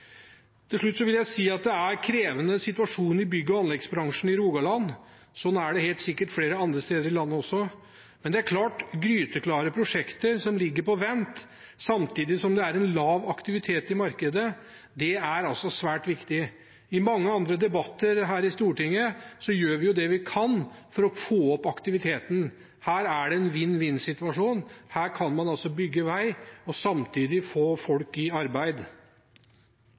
bygg- og anleggsbransjen i Rogaland. Sånn er det helt sikkert flere andre steder i landet også. Men det er klart at gryteklare prosjekter som ligger på vent, samtidig som det er en lav aktivitet i markedet – det er altså svært viktig. I mange andre debatter her i Stortinget gjør vi det vi kan for å få opp aktiviteten. Her er det en vinn-vinn-situasjon. Her kan man altså bygge vei og samtidig få folk i arbeid.